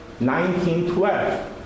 1912